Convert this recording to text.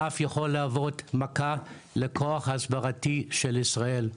ואף יכול להוות מכה לכוח ההסברתי של ישראל.